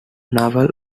naval